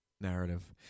narrative